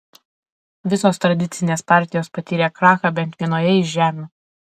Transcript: visos tradicinės partijos patyrė krachą bent vienoje iš žemių